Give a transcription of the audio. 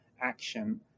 action